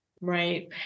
Right